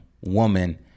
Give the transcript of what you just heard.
woman